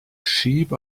sheep